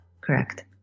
correct